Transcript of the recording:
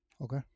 Okay